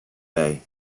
bay